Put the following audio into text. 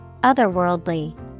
Otherworldly